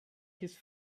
his